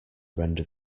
render